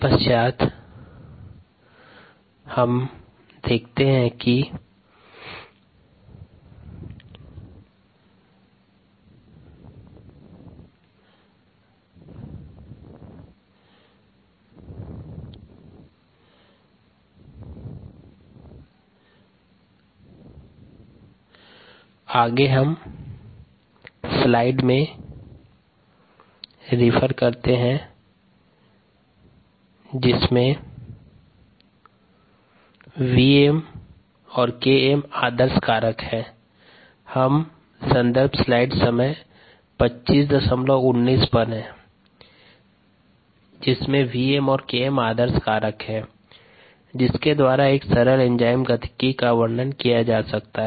संदर्भ slide time 2519 Vm और Km आदर्श कारक हैं जिसके द्वारा एक सरल एंजाइम गतिकी का वर्णन किया जा सकता है